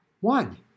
One